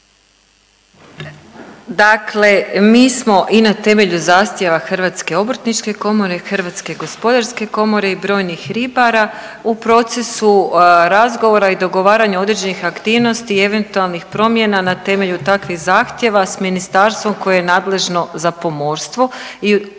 Dakle, mi smo i na temelju zahtjeva Hrvatske obrtničke komore, Hrvatske gospodarske komore i brojnih ribara u procesu razgovora i dogovaranja određenih aktivnosti i eventualnih promjena na temelju takvih zahtjeva s ministarstvom koje je nadležno za pomorstvo.